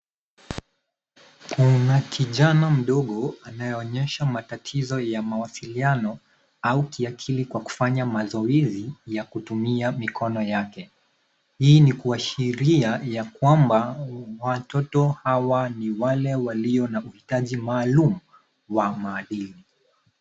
Kuna kijana mdogo anayeonyesha matatizo ya mawasiliano au kiakili kwa kufanya mazoezi ya kutumia mikono yake. Hii ni kuashiria ya kwamba watoto hawa ni wale walio na uhitaji maalum wa maadili.